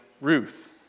Ruth